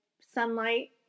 sunlight